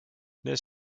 les